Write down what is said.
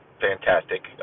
fantastic